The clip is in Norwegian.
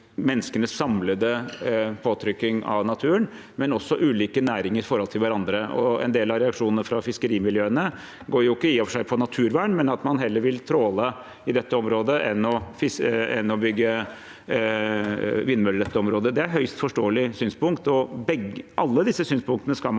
menneskenes samlede avtrykk på naturen og om ulike næringer i forhold til hverandre. En del av reaksjonene fra fiskerimiljøene går i og for seg ikke på naturvern, men at man heller vil tråle i dette området enn å bygge vindmøller. Det er et høyst forståelig synspunkt. Alle disse synspunktene skal man